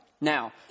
Now